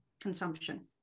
consumption